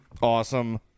Awesome